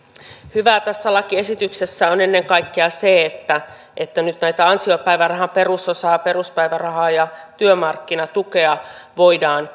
hyvää tässä lakiesityksessä on ennen kaikkea se että että nyt näitä ansiopäivärahan perusosaa peruspäivärahaa ja työmarkkinatukea voidaan